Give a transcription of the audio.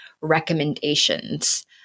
recommendations